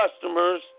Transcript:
customers